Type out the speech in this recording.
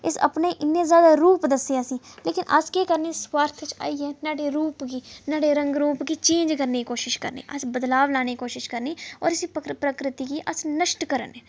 इस अपने इन्ने जैदा रुप दस्से असें लेकिन अस केह् करने स्वार्थ च आईये नाह्ड़े रुप गी नाह्ड़े रगं रुप गी चेंज करने दी कोशिश करने अस बदलाव लाने दी केशिश करने और इस्सी प्रकृति गी अस नश्ट करा ने